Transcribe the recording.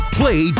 play